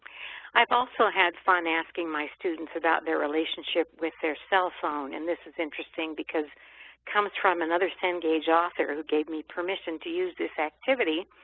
i've also had fun asking my students about their relationship with their cell phone and this is interesting because it comes from another cengage author who gave me permission to use this activity.